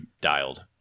dialed